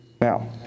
Now